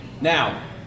Now